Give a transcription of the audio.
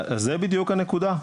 זו בדיוק הנקודה,